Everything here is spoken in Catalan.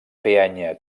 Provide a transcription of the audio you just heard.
peanya